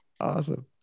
Awesome